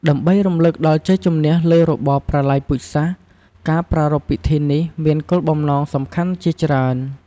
ដើម្បីរំឭកដល់ជ័យជម្នះលើរបបប្រល័យពូជសាសន៍ការប្រារព្ធពិធីនេះមានគោលបំណងសំខាន់ជាច្រើន។